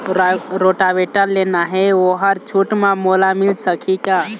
Rotavator लेना हे ओहर छूट म मोला मिल सकही का?